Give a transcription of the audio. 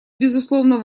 безусловно